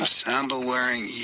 sandal-wearing